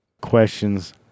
questions